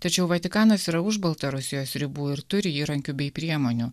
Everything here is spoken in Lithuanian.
tačiau vatikanas yra už baltarusijos ribų ir turi įrankių bei priemonių